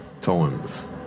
times